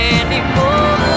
anymore